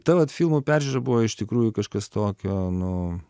ta vat filmų peržiūra buvo iš tikrųjų kažkas tokio nu